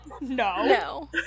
No